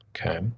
Okay